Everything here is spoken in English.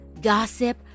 gossip